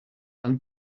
and